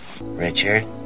Richard